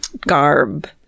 garb